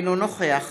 אינו נוכח